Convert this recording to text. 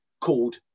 called